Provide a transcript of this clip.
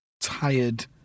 tired